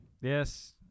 Yes